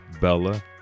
Bella